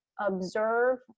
observe